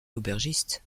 l’aubergiste